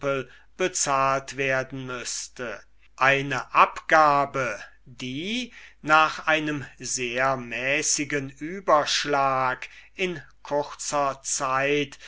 bezahlt werden müßte eine abgabe die nach einem sehr mäßigen überschlag in kurzer zeit